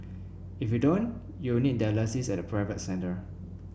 if you don't you need dialysis at a private centre